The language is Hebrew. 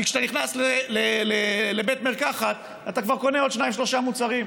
כי כשאתה נכנס לבית מרקחת אתה כבר קונה עוד שניים-שלושה מוצרים.